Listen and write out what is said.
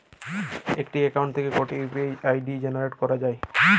একটি অ্যাকাউন্ট থেকে কটি ইউ.পি.আই জেনারেট করা যায়?